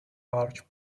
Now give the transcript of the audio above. large